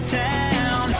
town